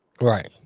Right